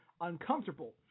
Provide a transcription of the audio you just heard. uncomfortable